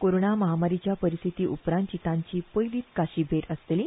कोरोना महामारीच्या परिस्थितीउपरांतची तांची ही पयलीच काशी भेट आसतली